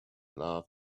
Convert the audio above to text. love